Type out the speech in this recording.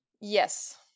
Yes